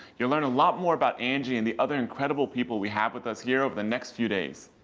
you'll learn a lot more about angie and the other incredible people we have with us here over the next few days.